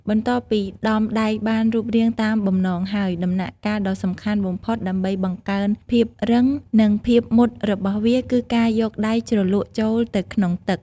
បន្ទាប់ពីដុំដែកបានរូបរាងតាមបំណងហើយ ដំណាក់កាលដ៏សំខាន់បំផុតដើម្បីបង្កើនភាពរឹង និងភាពមុតរបស់វាគឺការយកដែកជ្រលក់ចូលទៅក្នុងទឹក។